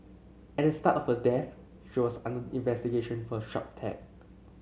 at the start of her death she was under investigation for shop